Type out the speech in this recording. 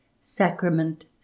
sacrament